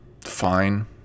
fine